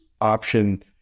option